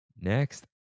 Next